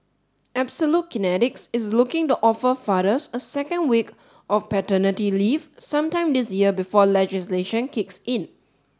absolute Kinetics is looking to offer fathers a second week of paternity leave sometime this year before legislation kicks in